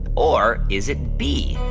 or is it b,